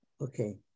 Okay